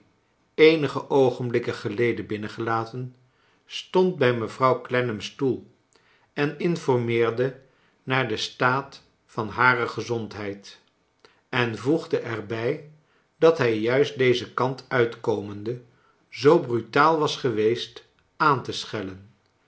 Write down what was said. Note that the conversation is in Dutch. eenige oogenblikken geleden binnengelaten stond bij mevrouw clennam's stoel en informeerde naar den staat van hare gezondheid en voegde er bij dat hij juist dezen kant uitkomende zoo brutaal was geweest aan te schellen